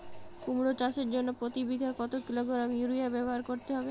কুমড়ো চাষের জন্য প্রতি বিঘা কত কিলোগ্রাম ইউরিয়া ব্যবহার করতে হবে?